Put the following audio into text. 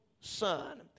Son